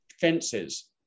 fences